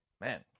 man